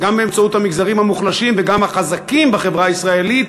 באמצעות המגזרים המוחלשים וגם החזקים בחברה הישראלית,